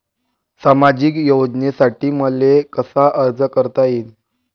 सामाजिक योजनेसाठी मले कसा अर्ज करता येईन?